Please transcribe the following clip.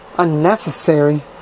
Unnecessary